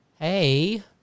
Hey